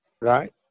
right